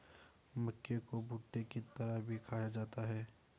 मक्के को भुट्टे की तरह भी खाया जाता है